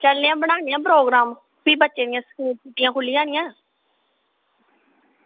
चलने आं बनाने आं प्रोग्राम भी बच्चें दियां छुट्टियां खुल्ली जानियां